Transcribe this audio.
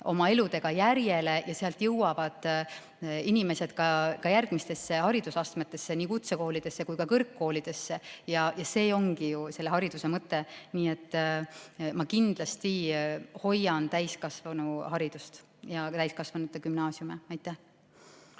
oma eluga järjele ja sealt jõuavad inimesed järgmistesse haridusastmetesse, nii kutsekoolidesse kui ka kõrgkoolidesse. See ongi ju selle hariduse mõte. Nii et ma kindlasti hoian täiskasvanuharidust ja ka täiskasvanute gümnaasiume. See